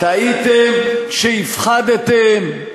טעיתם כשהפחדתם.